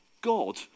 god